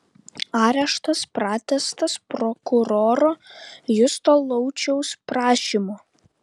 areštas pratęstas prokuroro justo lauciaus prašymu